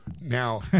Now